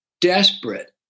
desperate